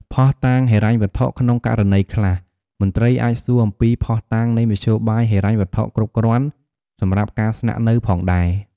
ភស្តុតាងហិរញ្ញវត្ថុ ក្នុងករណីខ្លះ មន្ត្រីអាចសួរអំពីភស្តុតាងនៃមធ្យោបាយហិរញ្ញវត្ថុគ្រប់គ្រាន់សម្រាប់ការស្នាក់នៅផងដែរ។